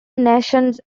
nations